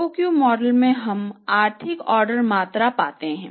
EOQ model में हम आर्थिक ऑर्डर मात्रा पाते हैं